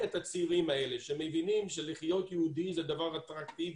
את הצעירים האלה שיבינו שלהיות יהודי זה דבר אטרקטיבי,